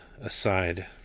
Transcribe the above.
aside